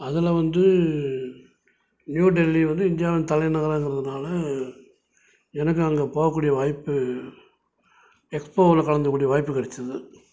அதில் வந்து நியூ டெல்லி வந்து இந்தியாவின் தலைநகரங்கிறதுனால எனக்கு அங்கே போகக்கூடிய வாய்ப்பு எக்ஸ் போல கலந்துக்கக்கூடிய வாய்ப்பு கிடச்சிது